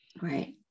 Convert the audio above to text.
Right